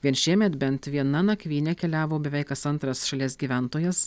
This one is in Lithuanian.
vien šiemet bent viena nakvyne keliavo beveik kas antras šalies gyventojas